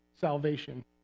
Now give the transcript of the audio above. salvation